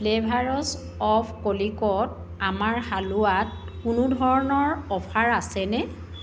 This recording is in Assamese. ফ্লেভাৰছ অৱ কলিকট আমাৰ হালোৱাত কোনো ধৰণৰ অফাৰ আছেনে